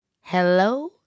Hello